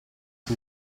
sul